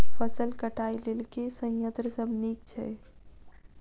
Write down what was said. फसल कटाई लेल केँ संयंत्र सब नीक छै?